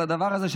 על הדבר הזה,